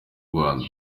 rwanda